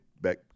back